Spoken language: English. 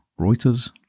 Reuters